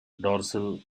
dorsal